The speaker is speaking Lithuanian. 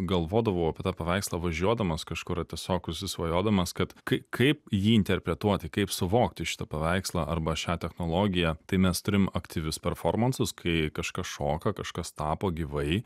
galvodavau apie tą paveikslą važiuodamas kažkur ar tiesiog užsisvajodamas kad kai kaip jį interpretuoti kaip suvokti šitą paveikslą arba šią technologiją tai mes turim aktyvius performansus kai kažkas šoka kažkas tapo gyvai